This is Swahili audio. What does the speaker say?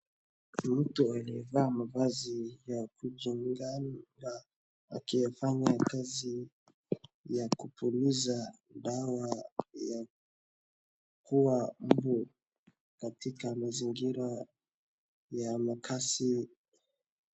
Mtu aliyevaa mavazi ya kujikinga na akifanya kazi ya kupuliza dawa ya kuuwa wadudu katika mazingira ya makaazi.